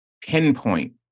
pinpoint